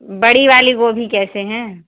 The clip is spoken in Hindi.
बड़ी वाली गोभी कैसे हैं